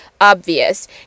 obvious